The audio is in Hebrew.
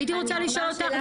הייתי רוצה לשאול אותך,